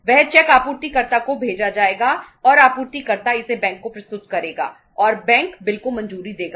वह चेक आपूर्तिकर्ता को भेजा जाएगा और आपूर्तिकर्ता इसे बैंक को प्रस्तुत करेगा और बैंक बिल को मंजूरी देगा